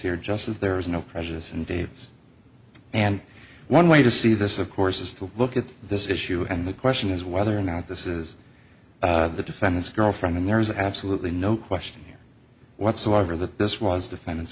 here just as there is no prejudice and daves and one way to see this of course is to look at this issue and the question is whether or not this is the defendant's girlfriend and there is absolutely no question here whatsoever that this was defendant